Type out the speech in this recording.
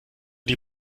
die